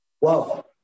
Wow